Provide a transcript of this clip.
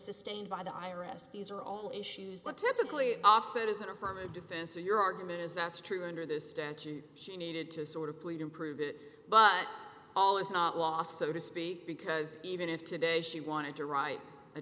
sustained by the i r s these are all issues that typically offset is an affirmative defense so your argument is that's true under this statute she needed to sort of plead improve it but all is not lost so to speak because even if today she wanted to write a